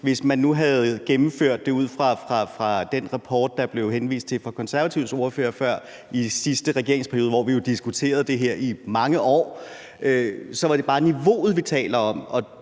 Hvis man nu havde gennemført det ud fra den rapport, der blev henvist til fra Konservatives ordfører før, i sidste regeringsperiode, hvor vi jo diskuterede det her, som vi havde gjort det gennem flere